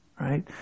right